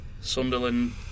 Sunderland